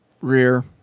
Rear